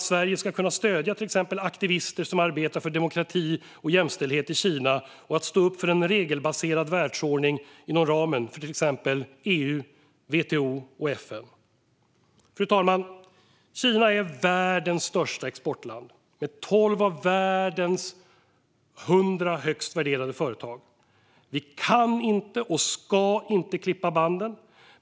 Sverige ska kunna stödja till exempel aktivister som arbetar för demokrati och jämställdhet i Kina och stå upp för en regelbaserad världsordning inom ramen för till exempel EU, WTO och FN. Fru talman! Kina är världens största exportland med 12 av världens 100 högst värderade företag. Vi kan inte och ska inte klippa banden.